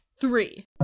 three